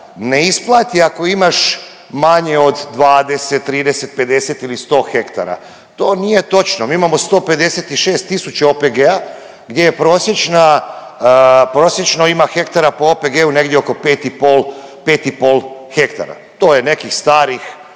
ne isplati ako imaš manje od 20, 30, 50 ili 100 hektara. To nije točno, mi imamo 156 tisuća OPG-a gdje je prosječna, prosječno ima hektara po OPG-u negdje oko 5 i pol, 5 i pol hektara. To je nekih starih